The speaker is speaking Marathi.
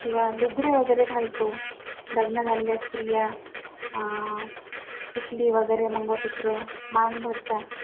किंवा लुगडे वगैरे घालतो लग्न झालेल्या स्त्रिया टिकली वगैरे मंगळसूत्र मांग भरतात